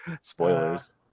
Spoilers